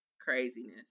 Craziness